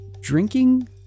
drinking